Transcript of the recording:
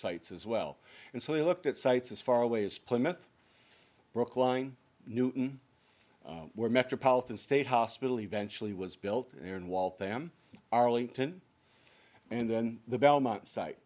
sites as well and so he looked at sites as far away as plymouth brookline newton where metropolitan state hospital eventually was built in waltham arlington and then the belmont site